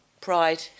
Pride